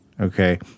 okay